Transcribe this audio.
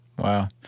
Wow